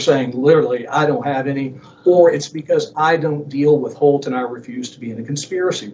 saying literally i don't have any or it's because i don't deal with holton i refused to be in a conspiracy